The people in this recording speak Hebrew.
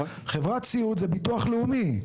חברת סיעוד זה ביטוח לאומי.